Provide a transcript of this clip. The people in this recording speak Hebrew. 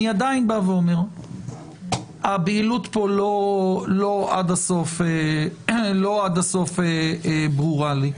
אני עדיין אומר, הבהילות פה לא עד הסוף ברורה לי.